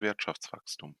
wirtschaftswachstum